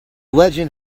legend